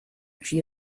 she